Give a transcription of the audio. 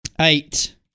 Eight